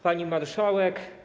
Pani Marszałek!